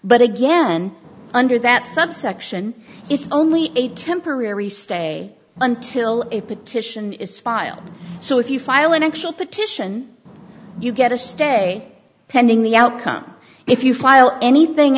but again under that subsection it's only a temporary stay until a petition is filed so if you file an actual petition you get a stay pending the outcome if you file anything